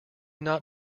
not